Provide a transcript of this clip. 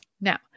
now